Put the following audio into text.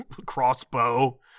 crossbow